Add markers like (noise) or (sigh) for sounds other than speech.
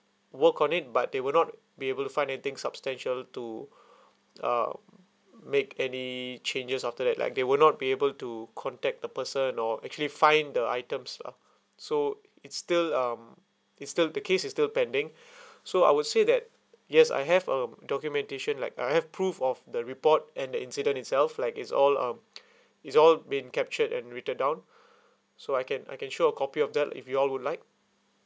work on it but they will not be able to find anything substantial to um make any changes after that like they would not be able to contact the person or actually find the items lah so it's still um it's still the case is still pending (breath) so I would say that yes I have a documentation like I have proof of the report and that incident itself like it's all um (breath) it's all been captured and written down so I can I can show a copy of that if you all would like